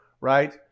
right